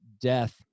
death